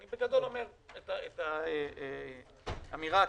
אני אומר את האמירה הכללית.